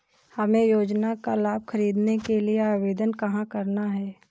हमें योजना का लाभ ख़रीदने के लिए आवेदन कहाँ करना है?